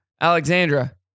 Alexandra